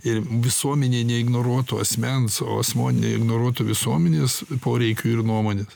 ir visuomenė neignoruotų asmens o asmuo neignoruotų visuomenės poreikių ir nuomonės